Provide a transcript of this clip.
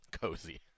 Cozy